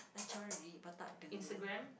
dah cari but tak ada